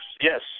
Yes